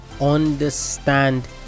understand